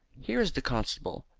here is the constable,